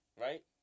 Right